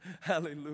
Hallelujah